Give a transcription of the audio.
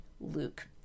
Luke